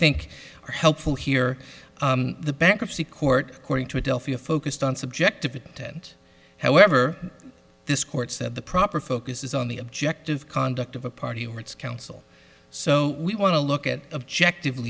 think are helpful here the bankruptcy court cording to adelphia focused on subjectivity however this court said the proper focus is on the objective conduct of a party or its counsel so we want to look at objective